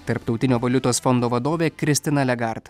tarptautinio valiutos fondo vadovė kristina legart